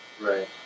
Right